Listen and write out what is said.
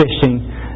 fishing